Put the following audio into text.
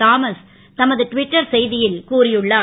Thomas தமது ட்விட்டர் செ ல் கூறியுள்ளார்